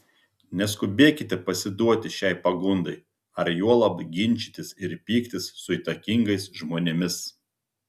neskubėkite pasiduoti šiai pagundai ar juolab ginčytis ir pyktis su įtakingais žmonėmis